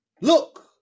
Look